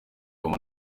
manda